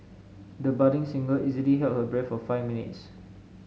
the budding singer easily held her breath for five minutes